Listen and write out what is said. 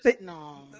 No